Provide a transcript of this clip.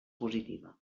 positiva